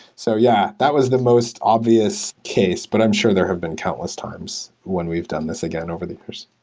so yeah, that was the most obvious case, but i'm sure there have been countless times when we've done this again over the years.